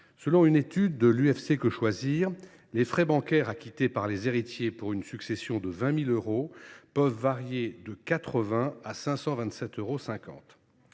Selon une étude de l’UFC Que Choisir, les frais bancaires acquittés par les héritiers pour une succession de 20 000 euros peuvent varier de 80 euros à 527,50 euros.